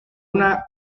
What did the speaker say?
una